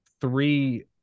three